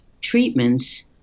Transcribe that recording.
treatments